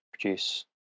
produce